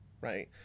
right